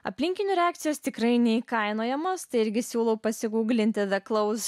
aplinkinių reakcijos tikrai neįkainojamos tai irgi siūlo pasiguglinti the clothes